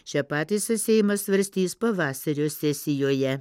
šią pataisą seimas svarstys pavasario sesijoje